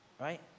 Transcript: right